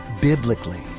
biblically